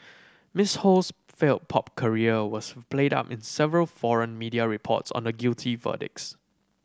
Miss Ho's failed pop career was played up in several foreign media reports on the guilty verdicts